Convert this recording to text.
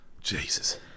Jesus